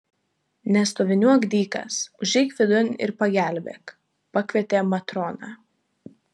nestoviniuok dykas užeik vidun ir pagelbėk pakvietė matrona